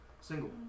single